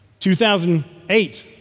2008